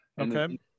okay